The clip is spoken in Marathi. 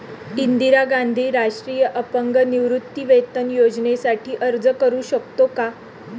इंदिरा गांधी राष्ट्रीय अपंग निवृत्तीवेतन योजनेसाठी अर्ज करू शकतो का?